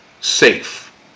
safe